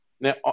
now